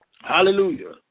hallelujah